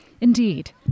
Indeed